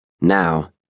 Now